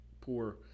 poor